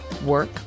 Work